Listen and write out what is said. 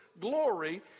glory